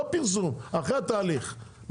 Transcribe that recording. לא פרסום אחרי התהליך,